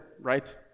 right